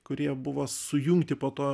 kurie buvo sujungti po to